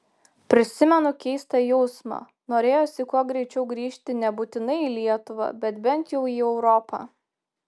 prisimenu keistą jausmą norėjosi kuo greičiau grįžti nebūtinai į lietuvą bet bent jau į europą